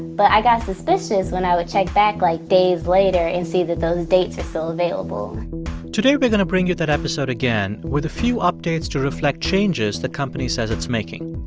but i go suspicious when i would check back, like, days later and see that those dates were still available today, we're going to bring you that episode again, with a few updates to reflect changes the company says it's making.